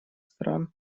стран